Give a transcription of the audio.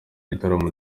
gitaramo